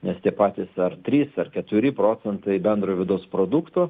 nes tie patys ar trys ar keturi procentai bendrojo vidaus produkto